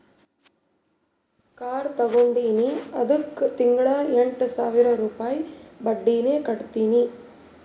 car ತಗೊಂಡಿನಿ ಅದ್ದುಕ್ ತಿಂಗಳಾ ಎಂಟ್ ಸಾವಿರ ರುಪಾಯಿ ಬಡ್ಡಿನೆ ಕಟ್ಟತಿನಿ